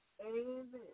Amen